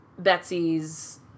Betsy's